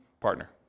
partner